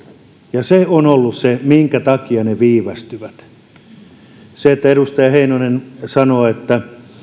ja se on ollut se minkä takia ne viivästyvät kun edustaja heinonen sanoo että